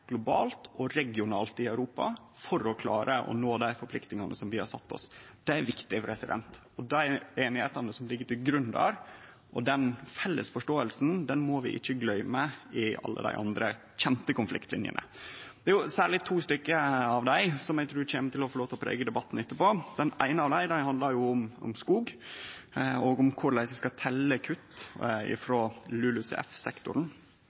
globalt og regionalt i Europa for å klare å nå dei forpliktingane som vi har sett oss. Det er viktig. Den einigheita som ligg til grunn der, og den felles forståinga, må vi ikkje gløyme i alle dei andre kjende konfliktlinjene. Det er særleg to av dei som eg trur kjem til å få lov til å prege debatten etterpå. Den eine handlar om skog og om korleis vi skal telje kutt